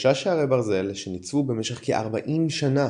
שלושה שערי ברזל שניצבו במשך כארבעים שנה